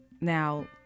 now